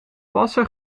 passer